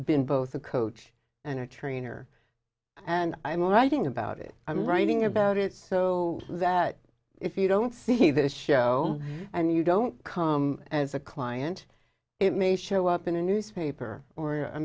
been both a coach and a trainer and i'm writing about it i'm writing about it so that if you don't see this show and you don't come as a client it may show up in a newspaper or a